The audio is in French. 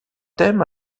thème